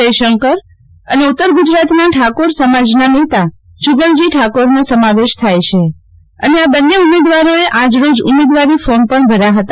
જયશંકર અને ઉતરગુજરાતનાં ઠાકોર સમાજમાં નેતા જુગલજી ઠાકોરનો સમાવેશ થાય છે અને આ બંને ઉમેદવારોએ આજ રોજ ઉમેદવારી ફોર્મ પણ ભર્યા ફતા